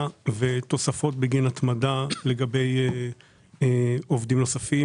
ותוספות בגין התמדה לגבי עובדים נוספים.